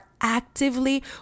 actively